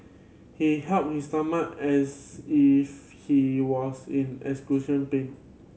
he held his stomach as if he was in pain